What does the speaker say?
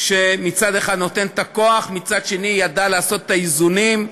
שמצד אחד נותן את הכוח ומצד שני ידע לעשות את האיזונים,